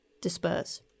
disperse